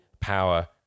power